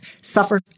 suffer